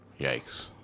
Yikes